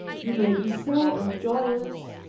you may be sad or joyous,